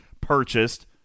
purchased